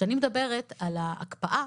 כשאני מדברת על ההקפאה,